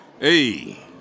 Hey